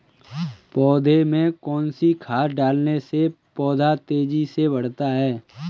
पौधे में कौन सी खाद डालने से पौधा तेजी से बढ़ता है?